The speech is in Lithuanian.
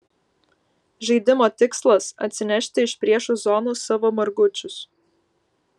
žaidimo tikslas atsinešti iš priešų zonos savo margučius